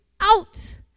out